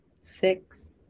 six